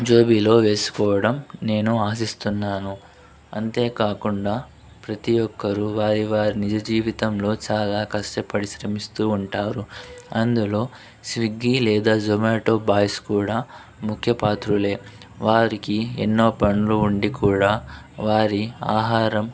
జోబీలో వేసుకోవడం నేను ఆశిస్తున్నాను అంతేకాకుండా ప్రతి ఒక్కరూ వారి వారి నిజ జీవితంలో చాలా కష్టపడి శ్రమిస్తూ ఉంటారు అందులో స్విగ్గీ లేదా జొమాటో బాయ్స్ కూడా ముఖ్యపాత్రులే వారికి ఎన్నో పనులు ఉండి కూడా వారి ఆహారం